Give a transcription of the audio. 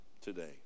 today